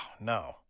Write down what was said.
no